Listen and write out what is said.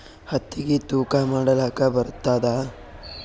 ಹತ್ತಿಗಿ ತೂಕಾ ಮಾಡಲಾಕ ಬರತ್ತಾದಾ?